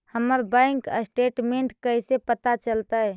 हमर bank statement कैसे पता चलतै?